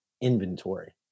inventory